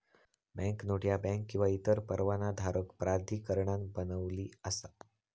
banknote ह्या bank किंवा इतर परवानाधारक प्राधिकरणान बनविली असा